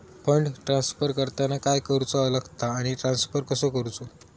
Fund transfer करताना काय करुचा लगता आनी ट्रान्स्फर कसो करूचो?